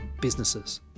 businesses